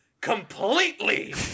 completely